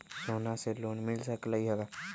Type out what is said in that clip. सोना से लोन मिल सकलई ह?